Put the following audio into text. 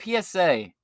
PSA